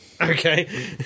Okay